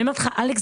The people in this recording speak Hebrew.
אלכס,